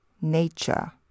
nature